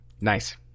Nice